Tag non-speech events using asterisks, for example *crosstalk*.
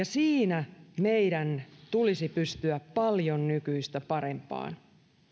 *unintelligible* siinä meidän tulisi pystyä paljon nykyistä parempaan